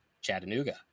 Chattanooga